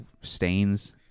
stains